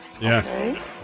Yes